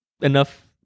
enough